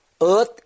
earth